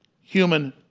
human